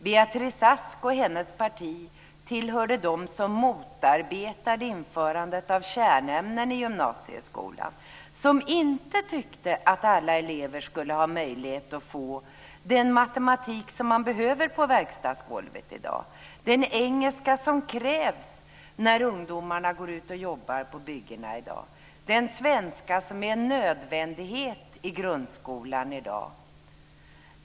Beatrice Ask och hennes parti tillhörde dem som motarbetade införandet av kärnämnen i gymnasieskolan och som inte tyckte att alla elever skulle ha möjlighet att få den matematik som man behöver på verkstadsgolvet i dag, den engelska som krävs när ungdomarna går ut och jobbar på byggena eller den svenska som är en nödvändighet i grundskolan i dag.